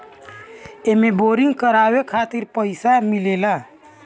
एमे बोरिंग करावे खातिर पईसा मिलेला